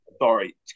sorry